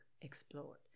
explored